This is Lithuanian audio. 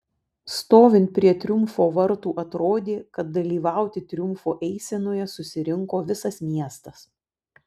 stovint prie triumfo vartų atrodė kad dalyvauti triumfo eisenoje susirinko visas miestas